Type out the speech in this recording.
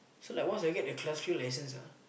so like once I get the class three licence ah